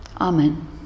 Amen